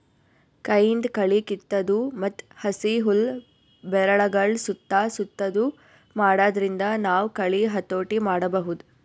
ಕೈಯಿಂದ್ ಕಳಿ ಕಿತ್ತದು ಮತ್ತ್ ಹಸಿ ಹುಲ್ಲ್ ಬೆರಗಳ್ ಸುತ್ತಾ ಸುತ್ತದು ಮಾಡಾದ್ರಿಂದ ನಾವ್ ಕಳಿ ಹತೋಟಿ ಮಾಡಬಹುದ್